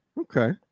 Okay